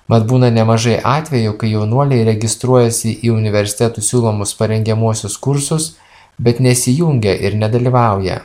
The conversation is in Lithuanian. mat būna nemažai atvejų kai jaunuoliai registruojasi į universitetų siūlomus parengiamuosius kursus bet nesijungia ir nedalyvauja